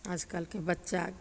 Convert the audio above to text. आजकलके बच्चा